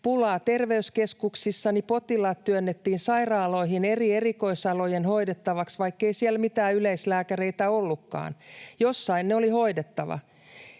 pulaa terveyskeskuksissa, niin potilaat työnnettiin sairaaloihin eri erikoisalojen hoidettavaksi, vaikkei siellä mitään yleislääkäreitä ollutkaan. Jossain ne oli hoidettava.